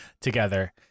together